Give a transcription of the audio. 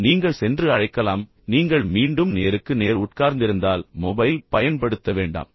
எனவே நீங்கள் சென்று அழைக்கலாம் நீங்கள் மீண்டும் நேருக்கு நேர் உட்கார்ந்திருந்தால் மொபைல் பயன்படுத்த வேண்டாம்